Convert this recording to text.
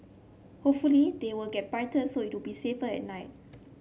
hopefully they will get brighter so it'll be safer at night